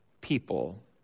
people